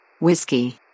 Whiskey